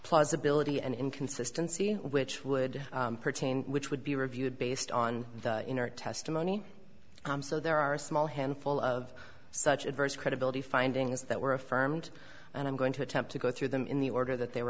plausibility and inconsistency which would pertain which would be reviewed based on the testimony so there are a small handful of such adverse credibility findings that were affirmed and i'm going to attempt to go through them in the order that they were